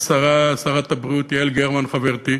שרת הבריאות יעל גרמן חברתי.